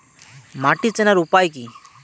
মাটি চেনার উপায় কি?